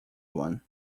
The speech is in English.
one